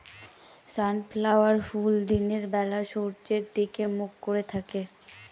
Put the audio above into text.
sunflower ফুল দিনের বেলা সূর্যের দিকে মুখ করে থাকে